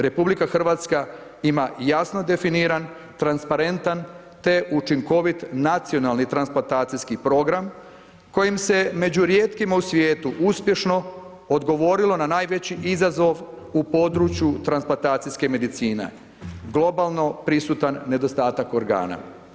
RH ima jasno definiran, transparentan te učinkovit, nacionalni transplantacijski program, kojim se među rijetkima u svijetu uspješno odgovorilo na najveći izazov u području transplantacijske medicine, globalno prisutan nedostatak organa.